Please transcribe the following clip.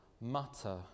mutter